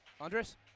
Andres